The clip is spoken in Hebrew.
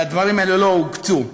והדברים האלה לא הוקצו.